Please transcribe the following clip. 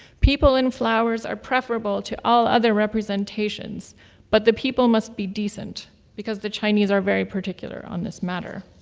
people and flowers are preferable to all other representations but the people must be decent because the chinese are very particular on this matter.